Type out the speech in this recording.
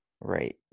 Right